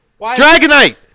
Dragonite